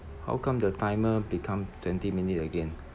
how come the timer become twenty minute again